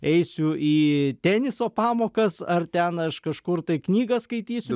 eisiu į teniso pamokas ar ten aš kažkur tai knygą skaitysiu